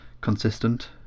consistent